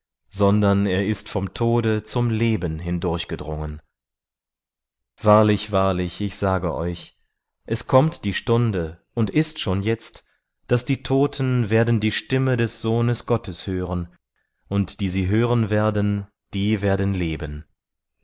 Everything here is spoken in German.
sondern er ist vom tode zum leben hindurchgedrungen wahrlich wahrlich ich sage euch es kommt die stunde und ist schon jetzt daß die toten werden die stimme des sohnes gottes hören und die sie hören werden die werden leben